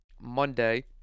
Monday